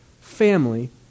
family